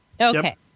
Okay